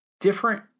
different